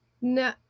No